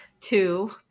two